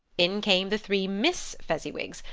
in came the three miss fezziwigs,